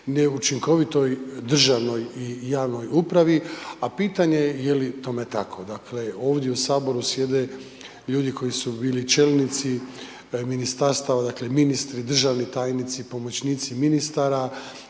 neučinkovitoj državnoj i javnoj upravi, a pitanje je li tome tako. Dakle, ovdje u saboru sjede ljudi koji su bili čelnici ministarstava, dakle ministri, državni tajnici, pomoćnici ministara